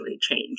change